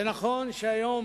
זה נכון שהיום